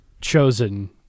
chosen